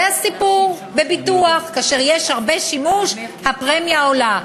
זה הסיפור בביטוח: כאשר יש שימוש רב הפרמיה עולה.